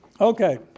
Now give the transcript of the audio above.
Okay